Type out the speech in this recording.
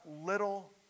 little